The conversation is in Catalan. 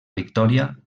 victòria